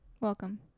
Welcome